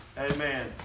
Amen